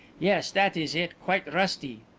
yes, that is it quite rusty.